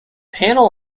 panel